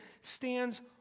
stands